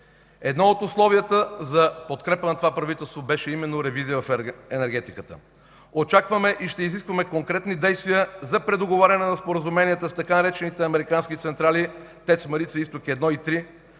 Едно от условията за подкрепа на това правителство беше именно ревизия в енергетиката. Очакваме и ще изискваме конкретни действия за предоговаряне на споразуменията за така наречените „американски централи” – ТЕЦ „Марица изток” 1 и 3,